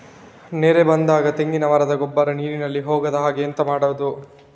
ನೆರೆ ಬಂದಾಗ ತೆಂಗಿನ ಮರದ ಗೊಬ್ಬರ ನೀರಿನಲ್ಲಿ ಹೋಗದ ಹಾಗೆ ಎಂತ ಮಾಡೋದು?